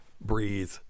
breathe